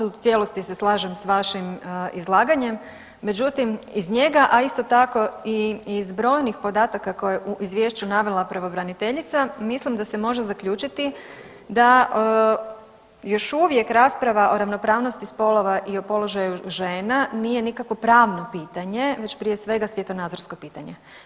U cijelosti se slažem s vašim izlaganjem, međutim iz njega, a isto tako i iz brojnih podataka koje je u izvješću navela pravobraniteljica mislim da se može zaključiti da još uvijek rasprava o ravnopravnosti spolova i o položaju žena nije nikakvo pravno pitanje već prije svega svjetonazorsko pitanje.